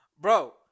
Bro